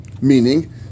meaning